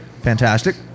fantastic